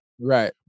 Right